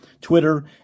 Twitter